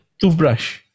toothbrush